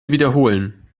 wiederholen